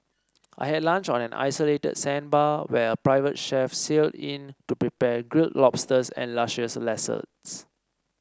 I had lunch on an isolated sandbar where a private chef sailed in to prepare grilled lobsters and luscious salads